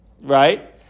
right